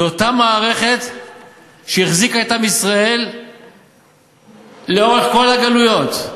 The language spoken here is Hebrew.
זו אותה מערכת שהחזיקה את עם ישראל לאורך כל הגלויות,